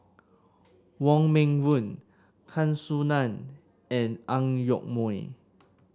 Wong Meng Voon Tan Soo Nan and Ang Yoke Mooi